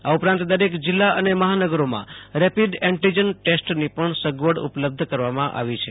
આ ઉપરાંત દરેક જિલ્લા ૈ ને મહાનગરોમાં રેપિડ એન્ટિજન ટેસ્ટની પણ સગવડ ઉપલબ્ધ કરવામાં આવી છે